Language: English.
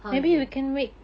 how is that